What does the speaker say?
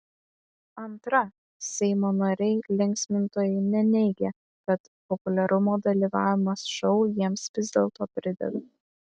antra seimo nariai linksmintojai neneigia kad populiarumo dalyvavimas šou jiems vis dėlto prideda